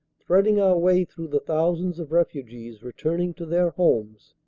threading our way through the thousands of refugees returning to their homes,